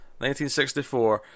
1964